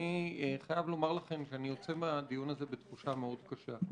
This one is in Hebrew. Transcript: אני חייב לומר לכם שאני יוצא מהדיון הזה בתחושה מאוד קשה.